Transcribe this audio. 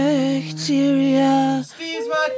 Bacteria